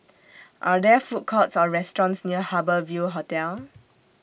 Are There Food Courts Or restaurants near Harbour Ville Hotel